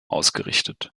ausgerichtet